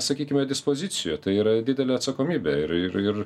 sakykime dispozicijo tai yra didelė atsakomybė ir ir ir